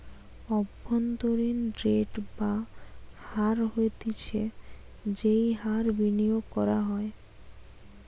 অভ্যন্তরীন রেট বা হার হতিছে যেই হার বিনিয়োগ করা হয়